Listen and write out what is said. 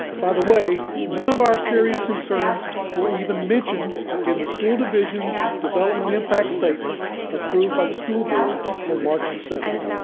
by the way, none of our serious concerns were even mentioned in the school division's development impact statement approved by the school board on ah march the seventh.